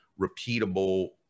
repeatable